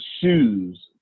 shoes